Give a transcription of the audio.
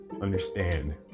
understand